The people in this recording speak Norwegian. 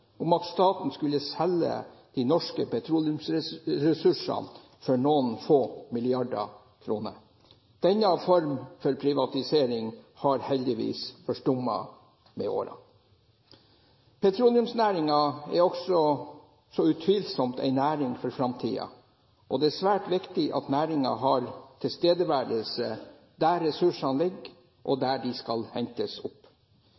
om at staten skulle selge de norske petroleumsressursene for noen få milliarder kroner. Denne formen for privatisering har heldigvis forstummet med årene. Petroleumsnæringen er så utvilsomt en næring for fremtiden, og det er svært viktig at næringen har tilstedeværelse der ressursene ligger, og der de skal hentes opp.